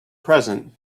present